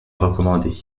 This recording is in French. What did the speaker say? recommandé